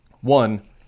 one